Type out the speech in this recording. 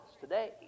today